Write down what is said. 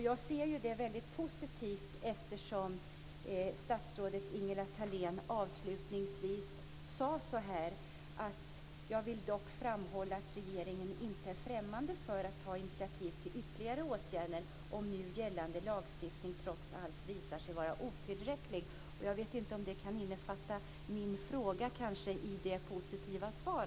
Jag ser det väldigt positivt, eftersom statsrådet Ingela Thalén avslutningsvis sade att hon dock vill framhålla att regeringen inte är främmande för att ta initiativ till ytterligare åtgärder om nu gällande lagstiftning trots allt visar sig vara otillräcklig. Jag vet inte om det här kan innefatta min fråga, men jag väntar mig ett positivt svar.